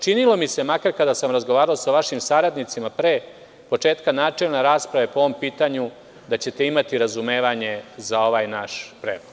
Činilo mi se, makar kada sam razgovarao sa vašim saradnicima pre početka načelne rasprave po ovom pitanju, da ćete imati razumevanje za ovaj naš predlog.